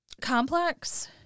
complex